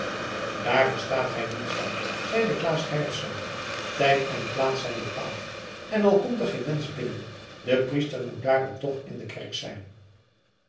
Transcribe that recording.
daar verstaat gij niets van zeide claes gerritsz tijd en plaats zijn bepaald en al komt er geen mensch bidden de priester moet daarom toch in de kerk zijn